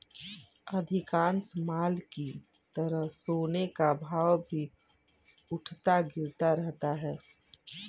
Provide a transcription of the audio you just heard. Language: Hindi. अधिकांश माल की तरह सोने का भाव भी उठता गिरता रहता है